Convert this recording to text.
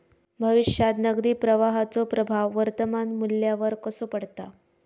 भविष्यात नगदी प्रवाहाचो प्रभाव वर्तमान मुल्यावर कसो पडता?